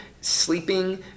sleeping